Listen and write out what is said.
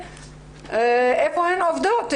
איפה הן עובדות?